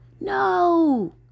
no